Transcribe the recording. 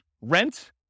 rent